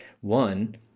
one